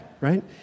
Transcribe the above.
right